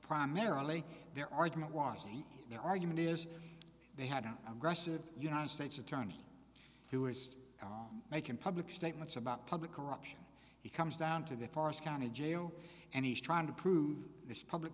primarily their argument was their argument is they had an aggressive united states attorney who is making public statements about public corruption he comes down to the forest county jail and he's trying to prove this public